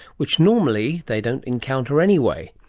which normally they don't encounter anyway.